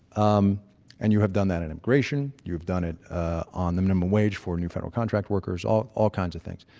um and you have done that on and immigration, you have done it on the minimum wage for new federal contract workers all all kinds of things.